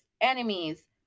enemies